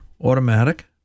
automatic